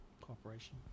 cooperation